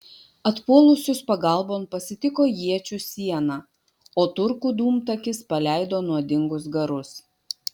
atpuolusius pagalbon pasitiko iečių siena o turkų dūmtakis paleido nuodingus garus